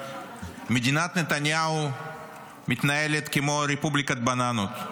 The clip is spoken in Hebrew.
מדינת נתניהו מתנהלת כמו רפובליקת בננות.